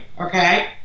okay